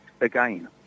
again